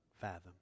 fathom